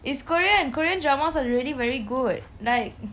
is korean korean dramas are really very good like